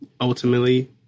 ultimately